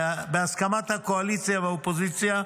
בהסכמת הקואליציה והאופוזיציה,